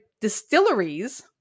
distilleries